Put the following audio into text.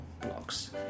blocks